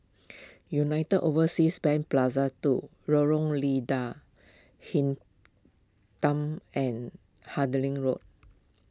United Overseas Bank Plaza two Lorong Lada Hitam and Road